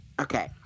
okay